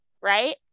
right